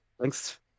thanks